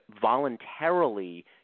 voluntarily